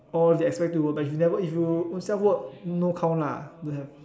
or they expect you to go back she never if you ownself work no count lah don't have